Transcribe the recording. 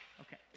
Okay